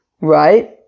Right